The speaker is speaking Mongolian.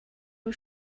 руу